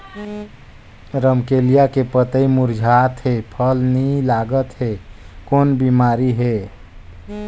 रमकलिया के पतई मुरझात हे फल नी लागत हे कौन बिमारी हे?